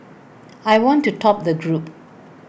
I want to top the group